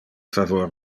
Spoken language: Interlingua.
favor